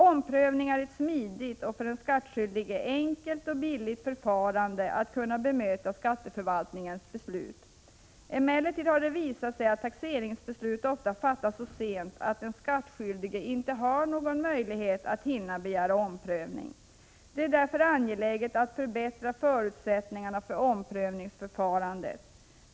Omprövningar är ett smidigt och för den skattskyldige enkelt och billigt sätt att kunna bemöta skatteförvaltningens beslut. Emellertid har det visat sig att taxeringsbeslut ofta fattas så sent att den skattskyldige inte har någon möjlighet att hinna begära omprövning. Det är därför angeläget att förbättra förutsättningarna för omprövningsförfarandet.